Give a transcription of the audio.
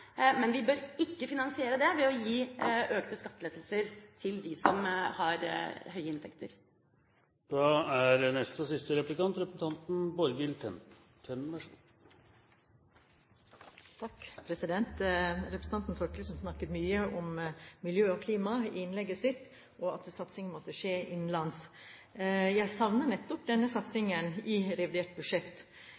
Men vi bør ikke finansiere det ved å gi økte skattelettelser til dem som har høye inntekter. Representanten Thorkildsen snakket mye om miljø og klima i innlegget sitt, og at satsing måtte skje innenlands. Jeg savner nettopp denne